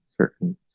certain